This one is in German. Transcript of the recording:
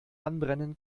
anbrennen